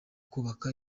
kubaka